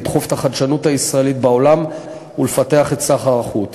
לדחוף את החדשנות הישראלית בעולם ולפתח את סחר החוץ.